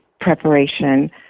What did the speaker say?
preparation